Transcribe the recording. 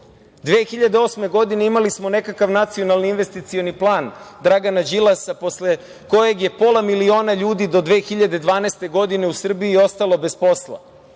2008. imali smo nekakav Nacionalni investicioni plan Dragana Đilasa, posle kojeg je pola miliona ljudi do 2012. godine u Srbiji ostalo bez posla.